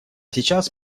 сейчас